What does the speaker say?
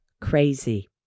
crazy